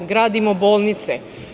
Gradimo bolnice.